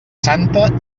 santa